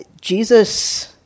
Jesus